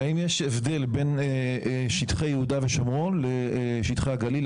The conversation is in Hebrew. האם יש הבדל בין שטחי יהודה ושומרון לשטחי הגליל,